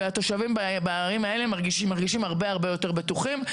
והתושבים בערים האלה מרגישים הרבה הרבה יותר בטוחים,